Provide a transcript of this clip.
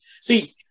See